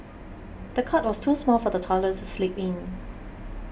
the cot was too small for the toddler to sleep in